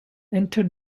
entered